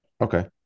Okay